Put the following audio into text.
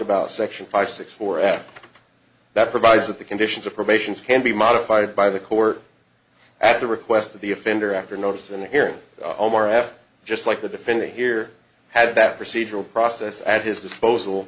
about section five six four after that provides that the conditions of probation can be modified by the court at the request of the offender after notice in the hearing omar f just like the defendant here had that procedural process at his disposal